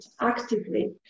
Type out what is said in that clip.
actively